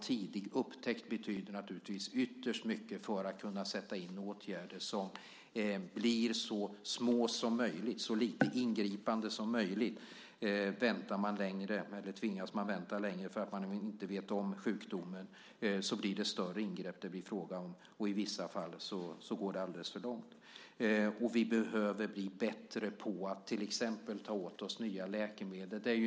Tidig upptäckt betyder naturligtvis ytterst mycket för att kunna sätta in åtgärder som blir så små som möjligt, som innebär ett så litet ingripande som möjligt. Tvingas man vänta längre för att man inte vet om sjukdomen blir det större ingrepp, och i vissa fall går det alldeles för långt. Vi behöver bli bättre på att till exempel ta åt oss nya läkemedel.